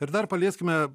ir dar palieskime